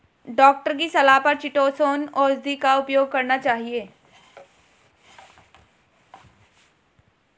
doctor की सलाह पर चीटोसोंन औषधि का उपयोग करना चाहिए